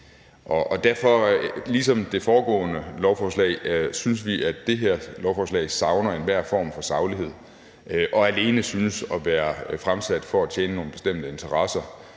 ligesom ved det foregående lovforslag, at det her lovforslag savner enhver form for saglighed og alene synes at være fremsat for at tjene nogle bestemte interesser